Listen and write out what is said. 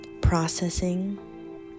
processing